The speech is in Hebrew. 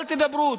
אל תדברו,